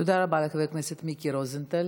תודה רבה לחבר הכנסת מיקי רוזנטל.